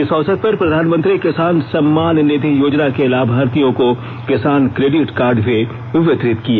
इस अवसर पर प्रधानमंत्री किसान सम्मान निधि योजना के लाभार्थियों को किसान क्रेडिट कार्ड भी वितरित किए